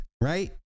right